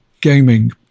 gaming